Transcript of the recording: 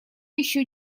еще